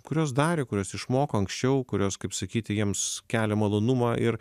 kuriuos darė kuriuos išmoko anksčiau kuriuos kaip sakyti jiems kelia malonumą ir